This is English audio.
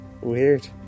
Weird